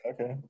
Okay